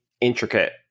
intricate –